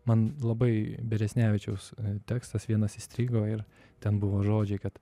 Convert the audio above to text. man labai beresnevičiaus tekstas vienas įstrigo ir ten buvo žodžiai kad